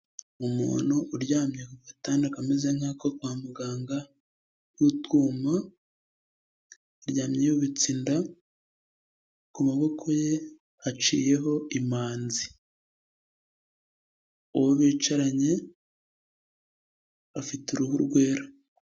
Umuntu uryamye ku gatanda kameze nk'ako kwa muganga k'utwuma, aryamye yubitse inda, ku maboko ye haciyeho imanzi, uwo bicaranye afite uruhu rwera.